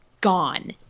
gone